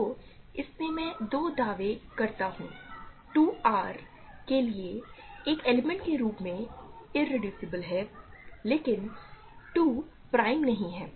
तो इसमें मैं दो दावे करता हूं 2 R के एक एलिमेंट के रूप में इरेड्यूसबल है लेकिन 2 प्राइम नहीं है